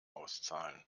auszahlen